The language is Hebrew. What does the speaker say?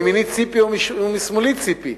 מימיני ציפי ומשמאלי ציפי.